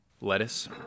lettuce